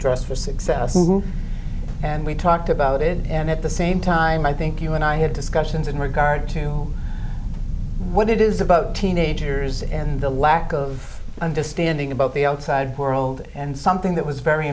dress for success and we talked about it and at the same time i think you and i had discussions in regard to what it is about teenagers and the lack of understanding about the outside world and something that was very